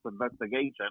investigation